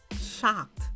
shocked